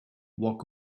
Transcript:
walk